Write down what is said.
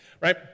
right